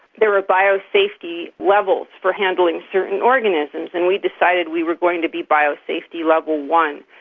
there are bio-safety levels for handling certain organisms, and we decided we were going to be bio-safety level one,